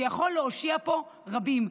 שיכול להושיע פה רבים.